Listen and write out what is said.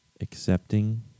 Accepting